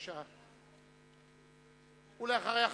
בחודש יולי 2009